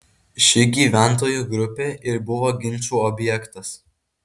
ši gyventojų grupė ir buvo ginčų objektas